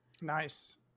Nice